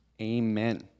amen